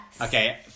Okay